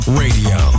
radio